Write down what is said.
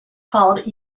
called